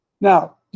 Now